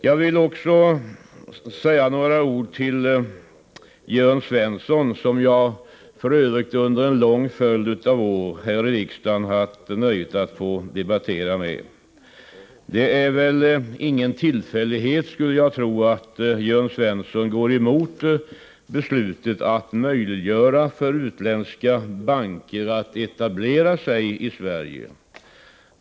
Jag vill också säga några ord till Jörn Svensson, som jag för övrigt under en lång följd av år här i riksdagen haft nöjet att debattera med. Det är ingen tillfällighet, skulle jag tro, att Jörn Svensson går emot beslutet att möjliggöra för utländska banker att etablera sig i Sverige.